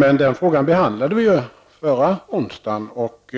Denna fråga behandlade vi emellertid förra onsdagen, och